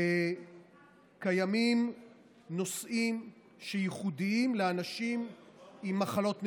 וקיימים נושאים ייחודיים לאנשים עם מחלות נדירות.